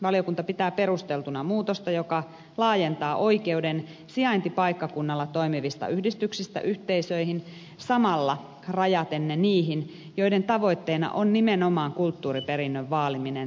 valiokunta pitää perusteltuna muutosta joka laajentaa oikeuden sijaintipaikkakunnalla toimivista yhdistyksistä yhteisöihin samalla rajaten ne niihin joiden tavoitteena on nimenomaan kulttuuriperinnön vaaliminen toimialueellaan